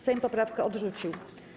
Sejm poprawkę odrzucił.